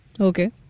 Okay